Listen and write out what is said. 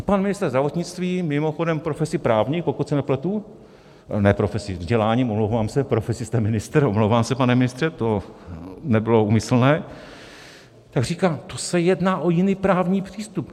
Pan ministr zdravotnictví, mimochodem profesí právník, pokud se nepletu ne profesí, vzděláním omlouvám se, profesí jste ministr, omlouvám se, pane ministře, to nebylo úmyslné tak říká: To se jedná o jiný právní přístup.